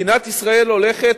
מדינת ישראל הולכת,